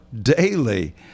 daily